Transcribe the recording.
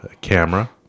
camera